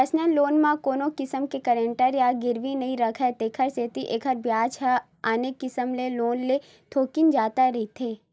personal loan म कोनो किसम के गारंटर या गिरवी नइ राखय तेखर सेती एखर बियाज ह आने किसम के लोन ले थोकिन जादा रहिथे